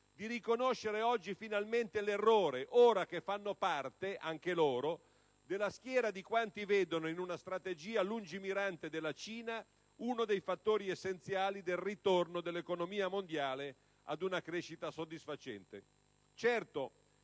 di riconoscere oggi finalmente l'errore, ora che fanno parte anche loro della schiera di quanti vedono in una strategia lungimirante della Cina uno dei fattori essenziali del ritorno dell'economia mondiale ad una crescita soddisfacente.